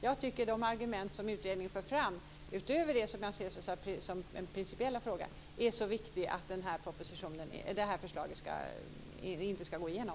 Jag tycker att de argument som utredningen för fram, utöver det som jag ser som den principiella frågan, är så viktiga att det här förslaget inte ska gå igenom.